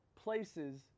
places